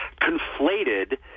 conflated